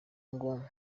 ngo